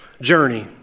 journey